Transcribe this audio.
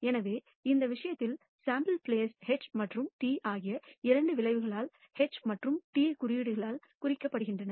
எனவே இந்த விஷயத்தில் சேம்பிள் ப்ளேஸ் H மற்றும் T ஆகிய இரண்டு விளைவுகளால் H மற்றும் T குறியீடுகளால் குறிக்கப்படுகிறது